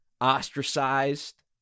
ostracized